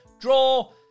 Draw